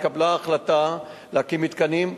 התקבלה החלטה להקים מתקנים.